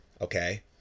okay